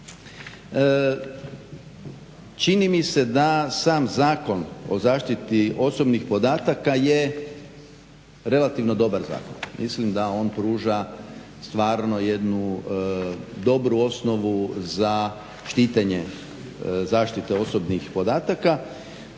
Čini mi se da sam Zakon o zaštiti osobnih podataka je relativno dobar zakon. Mislim da on pruža stvarno jednu dobru osnovu za štićenje zaštite osobnih podataka